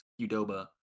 Udoba